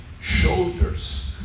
shoulders